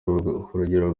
rugero